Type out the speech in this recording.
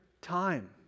time